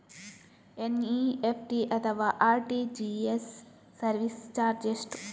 NEFT ಅಥವಾ RTGS service charge ಎಷ್ಟು?